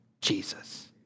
Jesus